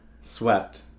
swept